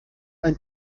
ein